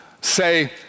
say